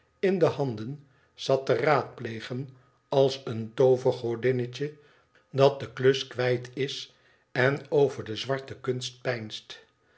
in ae handen zat te raadplegen als een toovergodmnetje dat de klus kwijt is en over de zwarte kunst peinst